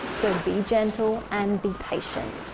so be gentle and be patient.